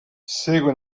segue